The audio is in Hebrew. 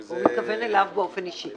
הוא מתכוון אליו באופן אישי.